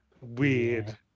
Weird